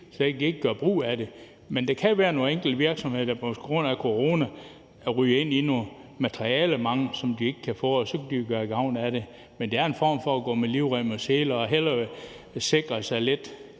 kan ikke gøre brug af det. Men der kan jo være nogle enkelte virksomheder, der på grund af corona ryger ind i noget materialemangel, hvor de ikke kan få materialer, og de kan så have gavn af det. Men det er en form for at gå med livrem og seler, altså hellere sikre sig lidt